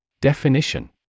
Definition